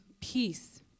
peace